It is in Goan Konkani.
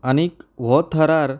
आनीक वो थरार